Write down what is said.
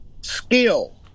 skill